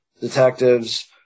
detectives